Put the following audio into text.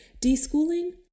De-schooling